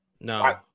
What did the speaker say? No